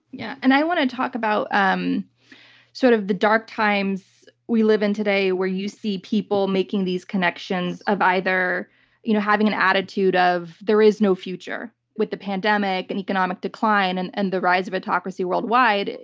yeah, and i want to talk about um sort of the dark times we live in today where you see people making these connections of either you know having an attitude of there is no future with the pandemic, and economic decline, and and the rise of autocracy worldwide.